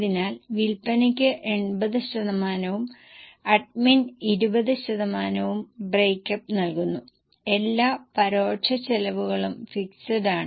അതിനാൽ അടിസ്ഥാനപരമായി നിങ്ങൾ മാർച്ച് 15 ന് അവസാനിച്ച വർഷത്തേക്കുള്ള പ്രൊജക്ഷൻ നടത്തണം ഇത് യഥാർത്ഥ വിവരങ്ങളെ അടിസ്ഥാനമാക്കിയുള്ളതാണ്